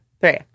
three